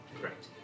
Correct